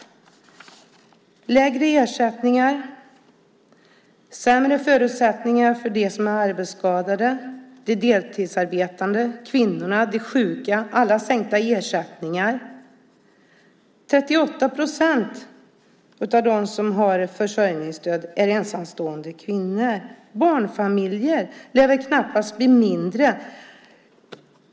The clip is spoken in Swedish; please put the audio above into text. Det är lägre ersättningar, sämre förutsättningar för dem som är arbetsskadade, de deltidsarbetande, kvinnorna och de sjuka. De får alla sänkta ersättningar. Av dem som har försörjningsstöd är 38 procent ensamstående kvinnor.